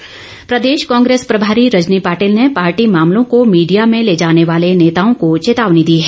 रजनी पाटिल प्रदेश कांग्रेस प्रभारी रजनी पाटिल ने पार्टी मामलों को मीडिया में ले जाने वाले नेताओं को चेतावनी दी है